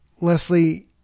Leslie